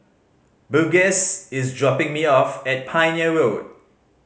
Burgess is dropping me off at Pioneer Road